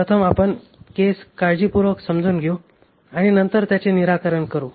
प्रथम आपण केस काळजीपूर्वक समजून घेऊ आणि नंतर त्याचे निराकरण करू